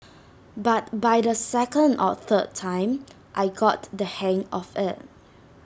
but by the second or third time I got the hang of IT